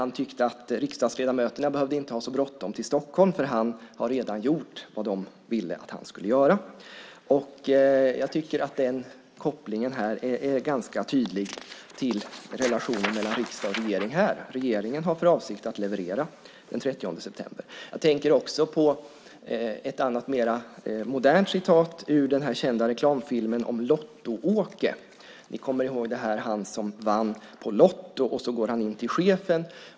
Han tyckte att riksdagsledamöterna inte behövde ha så bråttom till Stockholm, för han hade redan gjort vad de ville att han skulle göra. Jag tycker att kopplingen är ganska tydlig till relationen mellan riksdag och regering här. Regeringen har för avsikt att leverera den 30 september. Jag tänker också på ett annat, mer modernt, uttalande ur den kända reklamfilmen om Lotto-Åke. Ni kanske kommer ihåg den - det var han som vann på Lotto och sedan gick in till chefen.